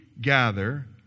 gather